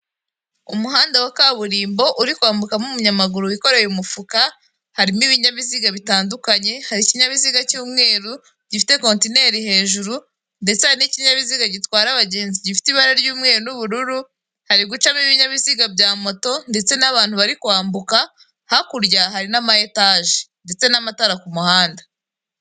Umuhanda wa kaburimbo uri kwambukamo umunyamaguru wikoreye umufuka, harimo ibinyabiziga bitandukanye hari ikinyabiziga cy'umweru gifite kontineri hejuru, ndetse hari n'ikinyabiziga gitwara abagenzi gifite ibara ry'umweru n'ubururu, hari gucamo ibinyabiziga bya moto ndetse n'abantu bari kwambuka, hakurya hari n'ama etage ndetse n'amatara ku kumuhanda.